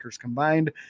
combined